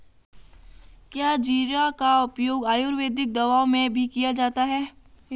क्या जीरा का उपयोग आयुर्वेदिक दवाओं में भी किया जाता है?